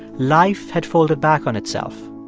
life had folded back on itself.